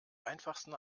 einfachsten